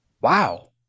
wow